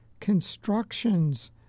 constructions